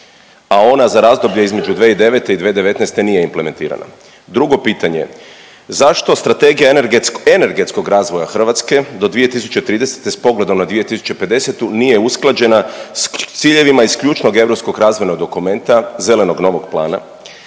a ona za razdoblje između 2009. i 2019. nije implementirana? Drugo pitanje, zašto Strategija energetskog razvoja Hrvatske do 2030. s pogledom na 2050. nije usklađena s ciljevima iz ključnog europskog razvojnog dokumenta, Zelenog novog plana?